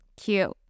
cute